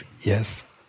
Yes